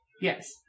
Yes